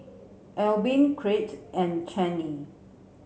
Albin Crete and Chaney